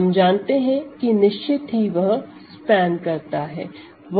हम जानते हैं कि निश्चित ही वह स्पेन करता हैं